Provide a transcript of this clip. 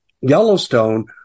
Yellowstone